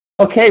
Okay